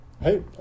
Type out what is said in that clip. Hey